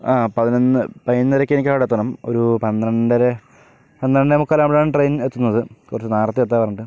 ആ പതിനൊന്ന് പതിനൊന്നാരക്ക് എനിക്കവിടെ എത്തണം ഒരു പന്ത്രണ്ടര പന്ത്രണ്ടേ മുക്കാലാവുമ്പോഴാണ് ട്രെയിൻ എത്തുന്നത് കുറച്ച് നേരത്തെ എത്താറുണ്ട്